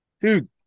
dude